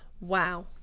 Wow